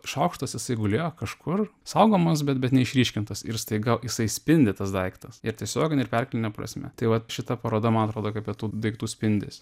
šaukštas jisai gulėjo kažkur saugomas bet bet neišryškintas ir staiga jisai spindi tas daiktas ir tiesiogine ir perkeltine prasme tai vat šita paroda man atrodo kaip apie tų daiktų spindesį